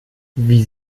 wie